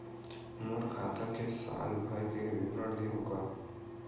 मोर खाता के साल भर के विवरण देहू का?